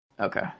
okay